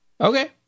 Okay